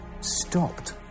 stopped